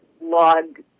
log